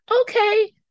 Okay